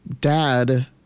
dad